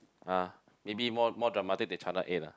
ah maybe more more dramatic than channel eight lah